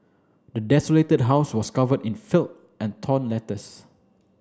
the desolated house was covered in filth and torn letters